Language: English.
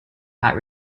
had